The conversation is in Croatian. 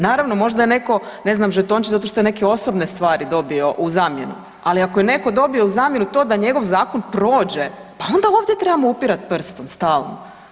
Naravno, možda je netko ne znam, žetončić zato što je neke osobne stvari dobio u zamjenu, ali ako je netko dobio u zamjenu to da njegov zakon prođe, pa onda ovdje trebamo upirati prstom stalno.